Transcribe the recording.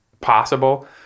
possible